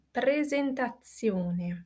presentazione